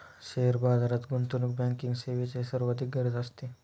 share बाजारात गुंतवणूक banking सेवेची सर्वाधिक गरज असते